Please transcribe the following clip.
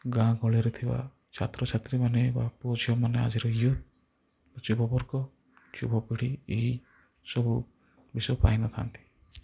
ଗାଁ ଗହଳିରେ ଥିବା ଛାତ୍ର ଛାତ୍ରୀମାନେ ବା ପୁଅ ଝିଅମାନେ ଆଜିର ୟୁଥ୍ ଯୁବ ବର୍ଗ ଯୁବ ପିଢ଼ି ଏହି ସବୁ ବିଷୟ ପାଇନଥାନ୍ତି